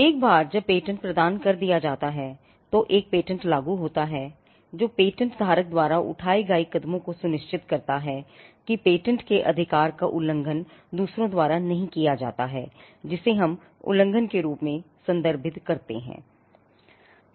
एक बार जब पेटेंट प्रदान कर दिया जाता है तो एक पेटेंट लागू होता है जो पेटेंट धारक द्वारा उठाए गए कदमों को सुनिश्चित करता है कि पेटेंट के अधिकार का उल्लंघन दूसरों द्वारा नहीं किया जाता है जिसे हम उल्लंघन के रूप में संदर्भित करते हैं